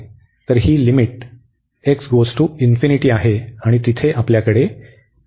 तर ही limit x →∞ आहे आणि तिथे आपल्याकडे आहे